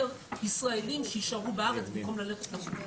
ישראליים שיישארו בארץ במקום ללכת לחו"ל.